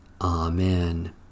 Amen